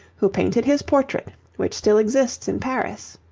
who painted his portrait which still exists in paris.